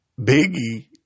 Biggie